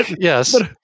yes